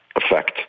effect